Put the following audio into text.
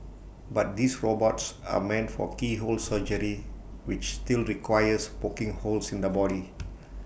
but these robots are meant for keyhole surgery which still requires poking holes in the body